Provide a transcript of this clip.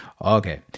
Okay